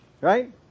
Right